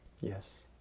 Yes